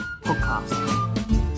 podcast